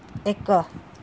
ଏକ